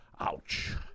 Ouch